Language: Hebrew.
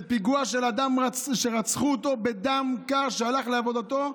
זה פיגוע על אדם שרצחו אותו בדם קר שהלך לעבודתו,